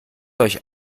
euch